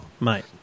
mate